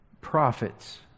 prophets